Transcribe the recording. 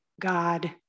God